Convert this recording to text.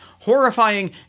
Horrifying